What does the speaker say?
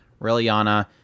Reliana